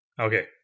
Okay